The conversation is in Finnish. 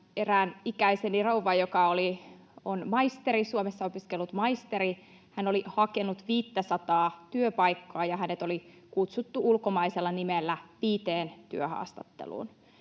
erään ikäiseni rouvan, joka on Suomessa opiskellut maisteri. Hän oli hakenut 500:aa työpaikkaa, ja hänet oli kutsuttu ulkomaisella nimellä viiteen työhaastatteluun.